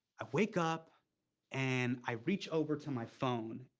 i wake up and i reach over to my phone,